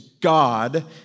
God